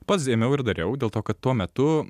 pats ėmiau ir dariau dėl to kad tuo metu